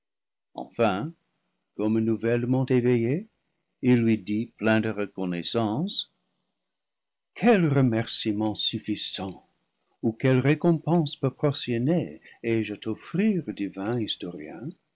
enfin comme nouvellement éveillé il lui dit plein de reconnaissance quels remercîments suffisants ou quelle récompense pro portionnée ai-je à t'offrir divin